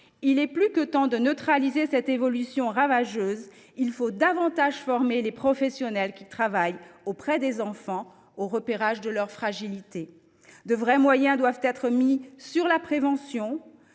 Il est plus que temps de neutraliser cette évolution ravageuse. Il faut davantage former les professionnels qui travaillent auprès des enfants au repérage de leurs fragilités. De réels moyens doivent être consacrés à la prévention.